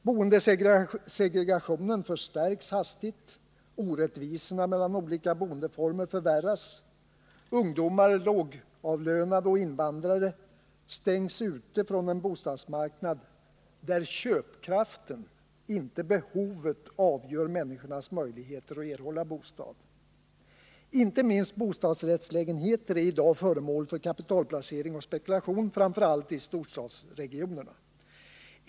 Boendesegregationen förstärks hastigt. Orättvisorna mellan olika boendeformer förvärras. Ungdomar, lågavlönade och invandrare stängs ute från en bostadsmarknad, där köpkraften, inte behovet, avgör människornas möjligheter att erhålla bostad. Inte minst bostadsrättslägenheter är i dag föremål för kapitalplacering och spekulation, framför allt i storstadsregionerna.